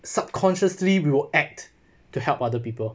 subconsciously we will act to help other people